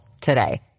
today